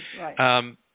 right